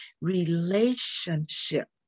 relationship